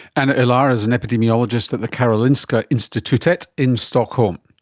anna ilar is an epidemiologist at the karolinska institutet in stockholm.